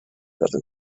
rather